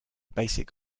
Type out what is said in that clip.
basic